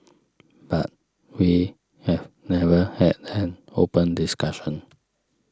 but we have never had an open discussion